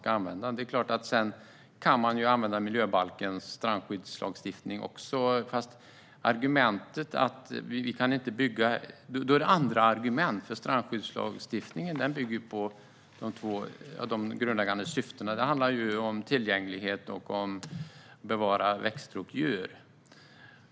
Sedan är det klart att man kan använda miljöbalkens strandskyddslagstiftning också, men då är det andra argument. Strandskyddslagstiftningen bygger nämligen på de grundläggande syftena; det handlar om tillgänglighet och om att bevara växter och djur.